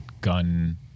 gun